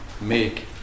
make